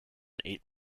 eight